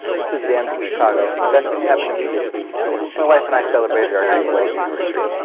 this is dan from chicago. and the best thing that happened to me this week my wife and i celebrated our ninth wedding anniversary.